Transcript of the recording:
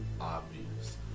obvious